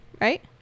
right